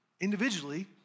individually